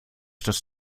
dass